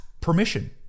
permission